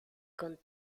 con